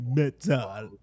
metal